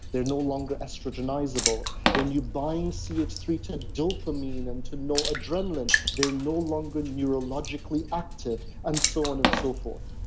they're no longer estrogenizable. when you bind c h three to dopamine and to adrenaline, adrenaline, they're no longer neurologically active and so on and so forth.